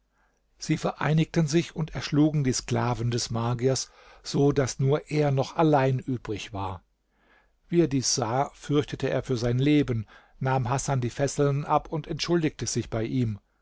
sie vereinigten sich und erschlugen die sklaven des magiers so daß nur er noch allein übrig war wie er dies sah fürchtete er für sein leben nahm hasan die fesseln ab und entschuldigte sich bei ihm